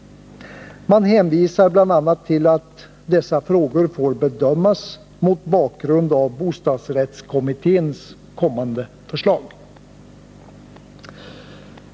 Man hänvisar bl.a. till att dessa frågor får bedömas mot bakgrund av bostadsrättskommitténs kommande förslag.